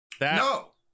No